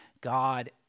God